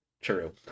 True